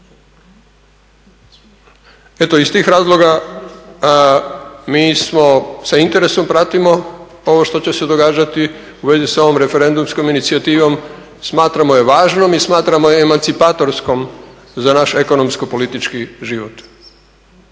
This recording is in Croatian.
Eto iz tih razloga mi sa interesom pratimo ovo što će se dogoditi u vezi sa ovom referendumskom inicijativom, smatramo je važnom i smatramo je emancipatorskom za naš ekonomsko-politički život.